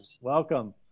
Welcome